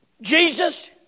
Jesus